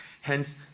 Hence